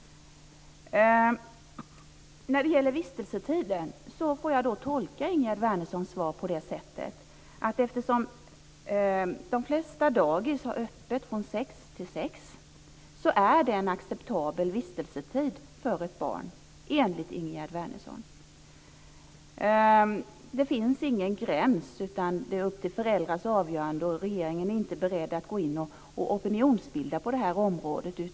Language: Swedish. När det gäller frågan om vistelsetid tolkar jag Ingegerd Wärnerssons svar som att en vistelsetid mellan sex och sex är acceptabel för ett barn, eftersom de flesta dagis har öppet dessa tider. Det finns ingen gräns, utan det är upp till föräldrarna att avgöra. Regeringen är inte beredd att gå in och opinionsbilda på det här området.